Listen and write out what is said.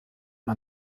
man